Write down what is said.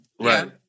Right